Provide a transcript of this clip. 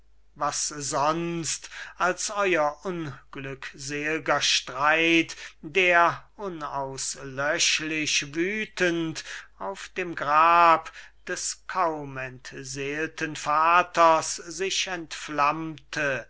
was sonst als euer unglücksel'ger streit der unauslöschlich wüthend auf dem grab des kaum entseelten vaters sich entflammte